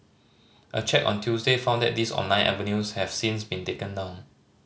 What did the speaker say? a check on Tuesday found that these online avenues have since been taken down